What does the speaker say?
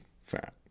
fat